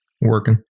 working